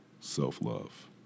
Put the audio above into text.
Self-love